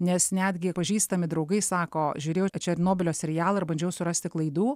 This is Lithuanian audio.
nes netgi pažįstami draugai sako žiūrėjau černobylio serialą ir bandžiau surasti klaidų